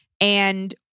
And-